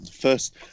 first